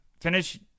Finish